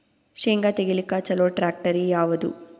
ಶೇಂಗಾ ತೆಗಿಲಿಕ್ಕ ಚಲೋ ಟ್ಯಾಕ್ಟರಿ ಯಾವಾದು?